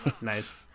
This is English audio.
Nice